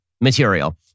material